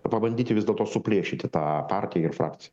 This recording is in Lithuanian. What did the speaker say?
pabandyti vis dėlto suplėšyti tą partiją ir frakciją